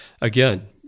again